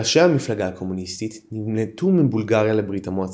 ראשי המפלגה הקומוניסטית נמלטו מבולגריה לברית המועצות.